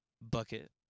bucket